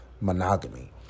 monogamy